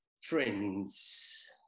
Friends